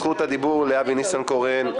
זכות הדיבור לאבי ניסנקורן,